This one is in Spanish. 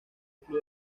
club